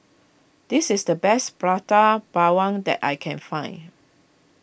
this is the best Prata Bawang that I can find